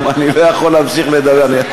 אני לא יכול להמשיך לדבר.